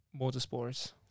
motorsports